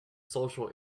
social